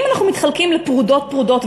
אם אנחנו מתחלקים לפרודות-פרודות,